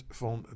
van